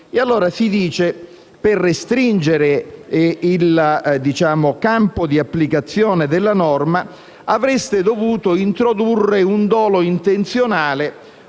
Si dice che, per restringere il campo di applicazione della norma, avremmo dovuto introdurre un dolo intenzionale,